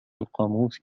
القاموس